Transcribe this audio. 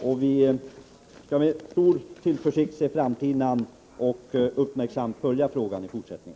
Vi bör därför med stor tillförsikt kunna se framtiden an, och vi skall uppmärksamt följa frågan i fortsättningen.